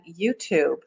YouTube